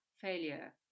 failure